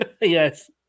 Yes